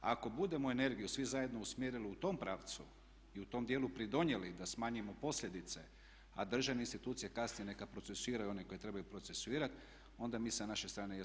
Ako budemo energiju svi zajedno usmjerili u tom pravcu i u tom dijelu pridonijeli da smanjimo posljedice, a državne institucije kasnije neka procesuiraju one koje trebaju procesuirati, onda mi sa naše strane jesmo dali doprinos.